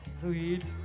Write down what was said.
Sweet